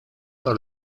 par